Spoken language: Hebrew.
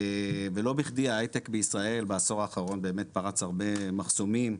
לא בכדי ההיי-טק בישראל בעשור האחרון באמת פרץ הרבה מחסומים,